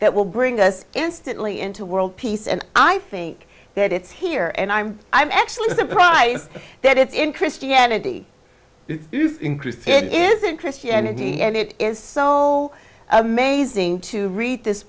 that will bring us instantly into world peace and i think that it's here and i'm i'm actually surprised that it's in christianity increase it isn't christianity and it is so amazing to read this